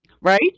Right